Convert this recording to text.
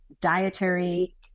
dietary